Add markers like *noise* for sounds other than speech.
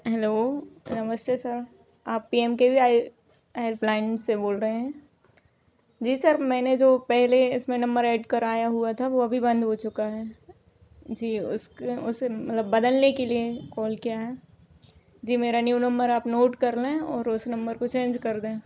hello नमस्ते sir आप P M के *unintelligible* हेल्पलाइन से बोल रहे है जी सर मैंने जो पहले इसमें नम्बर ऐड कराया हुआ है वो अभी बंद हो चुका है जी उसका उस मतलब बदलने के लिए कोल किया है जी मेरा न्यू नम्बर आप नोट कर लें और उस नम्बर को चेंज कर दें